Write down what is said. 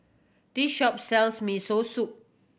this shop sells Miso Soup